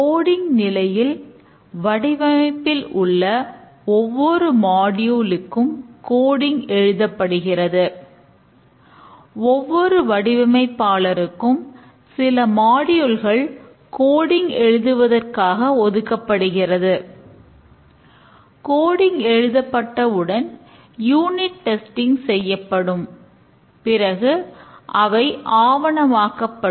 coding செய்யப்படும் பிறகு அவை ஆவணமாக்கப்படும்